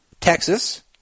Texas